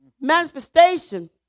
manifestation